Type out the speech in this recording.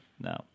no